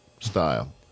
style